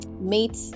meet